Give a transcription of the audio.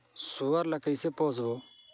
सुअर ला कइसे पोसबो?